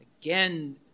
again